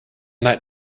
that